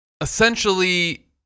essentially